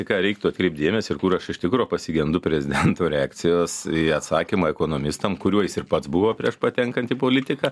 į ką reiktų atkreipti dėmesį ir kur aš iš tikro pasigendu prezidento reakcijos į atsakymą ekonomistams kuriuo jis ir pats buvo prieš patenkant į politiką